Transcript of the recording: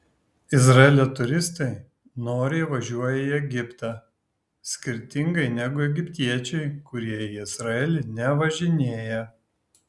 izraelio turistai noriai važiuoja į egiptą skirtingai negu egiptiečiai kurie į izraelį nevažinėja